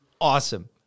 awesome